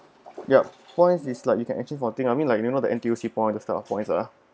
yup points is like you can actually for thing I mean like you know the N_T_U_C points this type of points lah